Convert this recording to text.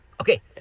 Okay